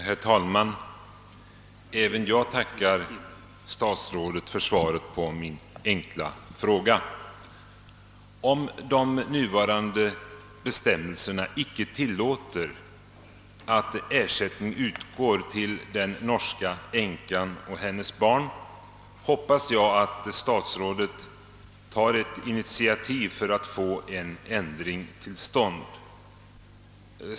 Herr talman! Även jag tackar statsrådet för svaret på min enkla fråga. Om de nuvarande bestämmelserna icke tilllåter att ersättning utgår till den norska änkan och hennes barn, hoppas jag att statsrådet tar ett initiativ för att få en ändring till stånd.